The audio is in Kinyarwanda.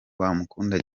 bamukunda